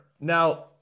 Now